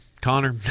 Connor